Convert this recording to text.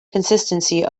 consistency